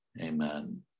Amen